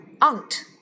aunt